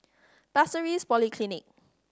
Pasir Ris Polyclinic